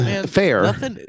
fair